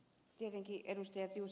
tietenkin ed